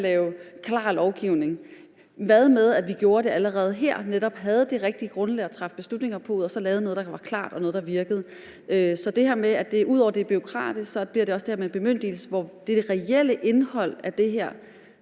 lave klar lovgivning. Hvad med at vi gjorde det allerede her, netop havde det rigtige grundlag at træffe beslutninger på og så lavede noget, der var klart, og noget, der virkede? Så ud over at det er bureaukratisk, bliver det også det her med bemyndigelsen, hvor fastlæggelsen af det reelle indhold af det her